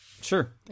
Sure